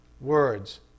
words